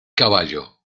caballo